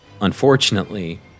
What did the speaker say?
unfortunately